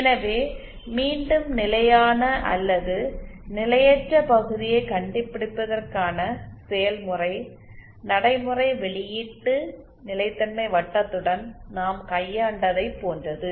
எனவே மீண்டும் நிலையான அல்லது நிலையற்ற பகுதியைக் கண்டுபிடிப்பதற்கான செயல்முறை நடைமுறை வெளியீட்டு நிலைத்தன்மை வட்டத்துடன் நாம் கையாண்டதைப் போன்றது